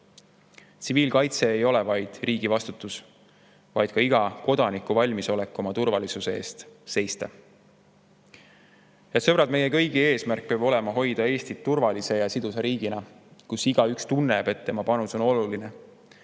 Tsiviilkaitse ei ole vaid riigi vastutus, vaid ka igal kodanikul peab olema valmisolek oma turvalisuse eest seista. Head sõbrad, meie kõigi eesmärk peab olema hoida Eestit turvalise ja sidusa riigina, kus igaüks tunneb, et tema panus on oluline.